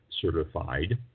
certified